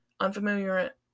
Unfamiliar